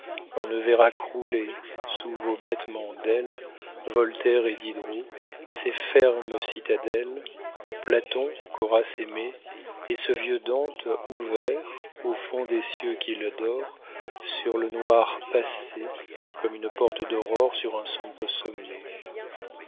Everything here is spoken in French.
on ne verra crouler sous vos battements d'ailes voltaire et diderot ces fermes citadelles platon qu'horace aimait et ce vieux dante ouvert au fond des cieux qu'il dore sur le noir passé comme une porte d'aurore sur un sombre sommet